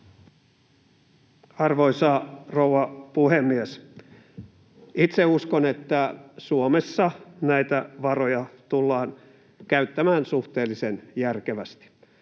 Arvoisa rouva puhemies! Itse uskon, että Suomessa näitä varoja tullaan käyttämään suhteellisen järkevästi.